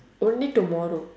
only tomorrow